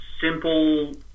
Simple